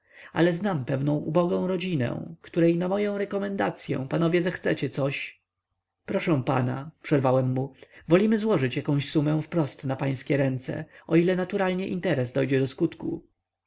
ale znam pewną ubogą rodzinę której na moję rekomendacyą panowie zechcecie coś proszę pana przerwałem mu wolimy złożyć jakąś sumę wprost na pańskie ręce o ile naturalnie interes dojdzie do skutku